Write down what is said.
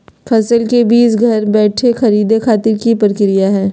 फसल के बीज घर बैठे खरीदे खातिर की प्रक्रिया हय?